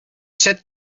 sat